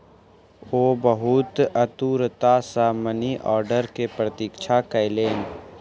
ओ बहुत आतुरता सॅ मनी आर्डर के प्रतीक्षा कयलैन